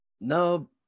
No